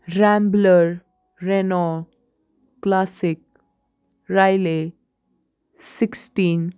Rambler Renault classic Riley sixteen